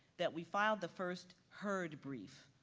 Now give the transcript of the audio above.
that we filed the first hurd brief,